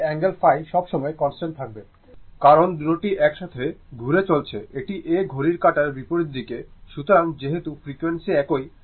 এই অ্যাঙ্গেল φ সব সময় কনস্ট্যান্ট থাকবে কারণ দুনোটি একসাথে ঘুরে চলেছে এটি A ঘড়ির কাঁটার বিপরীত দিকে সুতরাং যেহেতু ফ্রিকোয়েন্সি একই